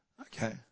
Okay